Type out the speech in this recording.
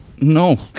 No